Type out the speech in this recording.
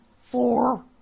Four